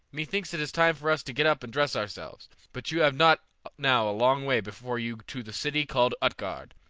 me thinks it is time for us to get up and dress ourselves but you have not now a long way before you to the city called utgard.